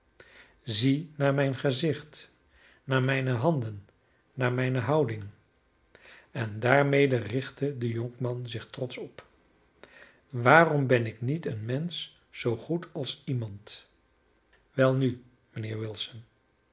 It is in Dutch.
zie naar mijn gezicht naar mijne handen naar mijne houding en daarmede richtte de jonkman zich trotsch op waarom ben ik niet een mensch zoo goed als iemand welnu mijnheer wilson